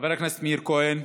חבר הכנסת מאיר כהן,